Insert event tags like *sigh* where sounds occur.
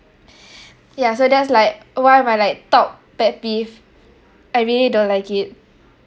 *breath* ya so that's like one of my like top pet peeve I really don't like it